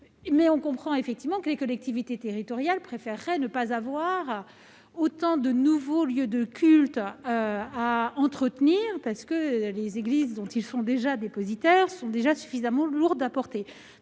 Nous comprenons en revanche que les collectivités territoriales préféreraient ne pas avoir autant de nouveaux lieux de culte à entretenir, puisque les églises dont elles sont aujourd'hui dépositaires sont déjà suffisamment lourdes à porter.